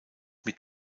mit